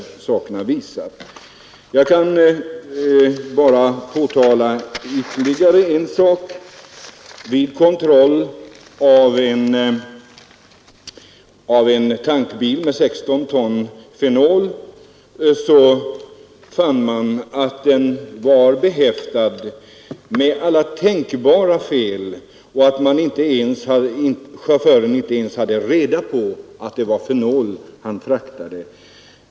Jag skall bara påpeka ytterligare en sak. Vid kontroll av en tankbil med 16 ton fenol fann man att bilen var behäftad med alla tänkbara fel och att chauffören inte ens hade reda på att lasten bestod av fenol.